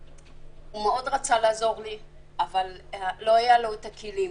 הוא מאוד רצה לעזור לי אבל לא היו לו את הכלים.